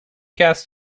cast